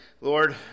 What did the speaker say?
Lord